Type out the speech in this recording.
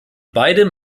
beidem